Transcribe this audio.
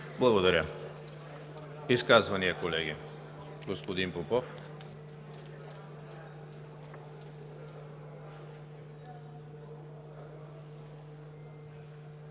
Благодаря. Изказвания, колеги? Господин Попов.